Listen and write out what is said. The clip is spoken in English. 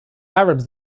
arabs